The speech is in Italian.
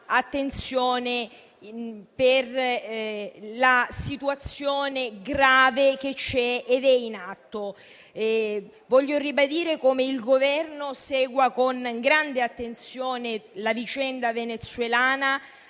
attenzione per la situazione grave che c'è ed è in atto. Desidero ribadire come il Governo segua con grande attenzione la vicenda venezuelana,